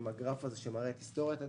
עם גרף שמראה את היסטוריית הדירוג.